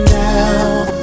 now